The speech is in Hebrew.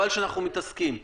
וחבל שאנחנו מתעסקים בזה.